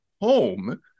home